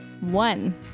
One